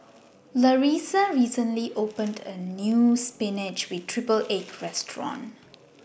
Larissa recently opened A New Spinach with Triple Egg Restaurant